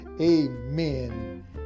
amen